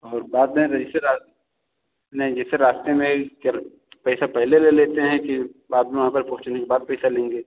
और बाद में जैसे नहीं जैसे रास्ते में पैसा पहले ले लेते हैं कि बाद में वहाँ पर पहुँचने के बाद पैसा लेंगे